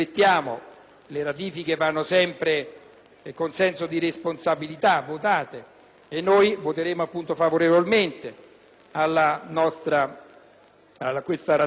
Le ratifiche vanno sempre votate con senso di responsabilità e noi voteremo favorevolmente alla ratifica.